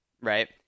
Right